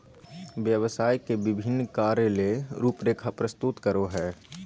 व्यवसाय के विभिन्न कार्य ले रूपरेखा प्रस्तुत करो हइ